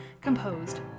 composed